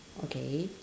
okay